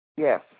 Yes